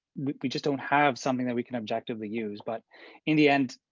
we we just don't have something that we can objectively use, but in the end,